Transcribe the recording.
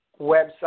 website